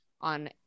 on